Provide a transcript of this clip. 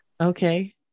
Okay